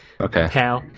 Okay